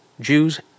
Jews